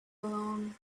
along